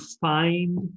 find